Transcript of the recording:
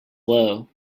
low